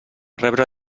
rebre